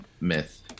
myth